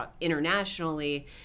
internationally